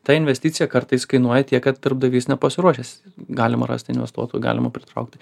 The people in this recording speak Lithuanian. ta investicija kartais kainuoja tiek kad darbdavys nepasiruošęs galima rasti investuotojų galima pritraukti